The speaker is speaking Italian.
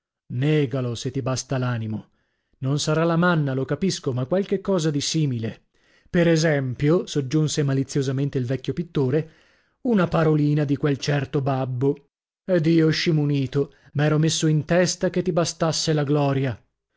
negalo se ti basta l'animo non sarà la manna lo capisco ma qualche cosa di simile per esempio soggiunse maliziosamente il vecchio pittore una parolina di quel certo babbo ed io scimunito m'ero messo in testa che ti bastasse la gloria